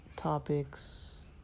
topics